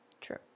True